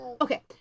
okay